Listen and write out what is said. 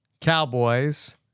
Cowboys